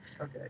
Okay